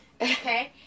okay